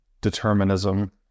determinism